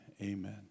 Amen